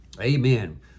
Amen